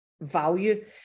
value